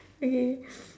okay